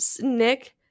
Nick